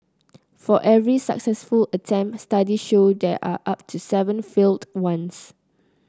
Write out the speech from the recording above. for every successful attempt studies show there are up to seven failed ones